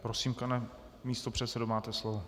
Prosím, pane místopředsedo, máte slovo.